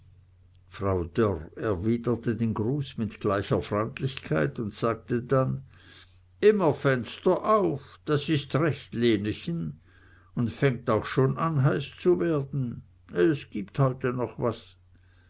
frau dörr erwiderte den gruß mit gleicher freundlichkeit und sagte dann immer fenster auf das ist recht lenechen und fängt auch schon an heiß zu werden es gibt heute noch was